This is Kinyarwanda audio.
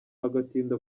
agatinda